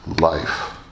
life